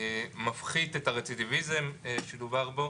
מפחית את הרצידיביזם שדובר בו,